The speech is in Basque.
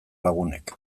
lagunek